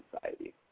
society